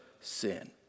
sin